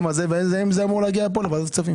הזה והאם זה אמור להגיע לפה לוועדת הכספים?